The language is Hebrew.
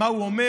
מה הוא אומר,